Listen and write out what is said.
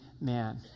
man